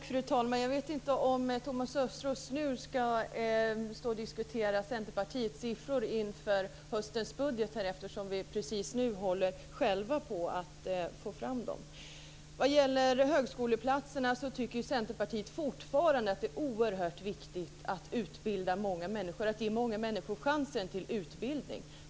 Fru talman! Jag vet inte om Thomas Östros nu ska stå och diskutera Centerpartiets siffror inför höstens budget, eftersom vi själva nu håller på att ta fram dem. När det gäller högskoleplatserna tycker Centerpartiet fortfarande att det är oerhört viktigt att utbilda många människor och att ge många människor chansen till utbildning.